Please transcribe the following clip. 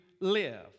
live